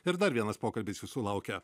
ir dar vienas pokalbis jūsų laukia